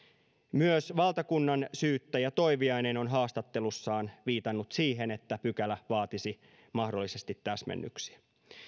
myös valtakunnansyyttäjä toiviainen on haastattelussaan viitannut siihen että pykälä vaatisi mahdollisesti täsmennyksiä